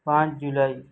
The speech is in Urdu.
پانچ جولائی